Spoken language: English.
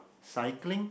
cycling